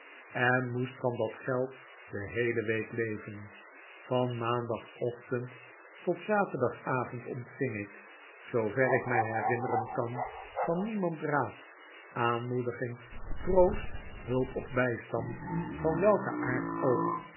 en moest van dat geld de heele week leven van maandagochtend tot zaterdagavond ontving ik zoover ik mij herinneren kan van niemand raad aanmoediging troost hulp of bij stand van welken aard ook